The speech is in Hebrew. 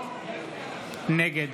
נגד